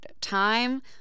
time